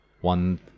One